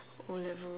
O-levels